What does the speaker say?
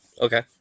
Okay